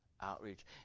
outreach